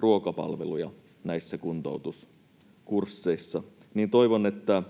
ruokapalveluja näissä kuntoutuskursseissa. Toivon, että